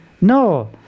No